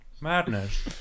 madness